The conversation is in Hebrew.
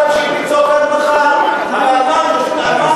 מכיוון שאני עסקתי הרבה מאוד בקדנציה הקודמת בפיטורי עובדים,